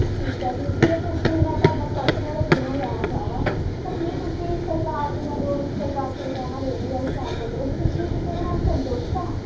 ਠੀਕ ਆ ਜੀ ਜੇ ਤੁਸੀਂ ਮੈਂ ਤੁਹਾਡਾ ਪਰਸਨਲ ਓਪੀਨੀਅਨ ਲੈਣਾ ਚਾਹਵਾਂ ਤਾਂ ਕੀ ਤੁਸੀਂ ਸਰਕਾਰ ਦੀਆਂ ਜੋ ਵੀ ਸਰਕਾਰ ਸੁਵਿਧਾਵਾਂ ਦੇ ਰਹੀ ਹੈ ਹੁਸ਼ਿਆਰਪੁਰ ਦੇ ਵਿੱਚ ਤਾਂ ਕੀ ਤੁਸੀਂ ਉਹਦੇ ਨਾਲ ਸੰਤੁਸ਼ਟ ਹੋ